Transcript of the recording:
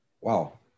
Wow